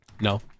No